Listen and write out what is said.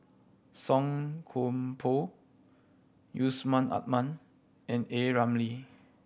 Song Koon Poh Yusman Aman and A Ramli